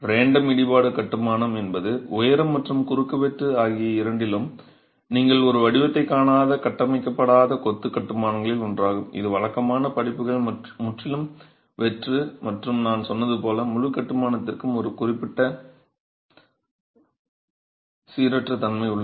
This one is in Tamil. ரேண்டம் இடிபாடு கட்டுமானம் என்பது உயரம் மற்றும் குறுக்குவெட்டு ஆகிய இரண்டிலும் நீங்கள் ஒரு வடிவத்தைக் காணாத கட்டமைக்கப்படாத கொத்து கட்டுமானங்களில் ஒன்றாகும் இது வழக்கமான படிப்புகள் முற்றிலும் வெற்று மற்றும் நான் சொன்னது போல் முழு கட்டுமானத்திற்கும் ஒரு குறிப்பிட்ட சீரற்ற தன்மை உள்ளது